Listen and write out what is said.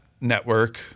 network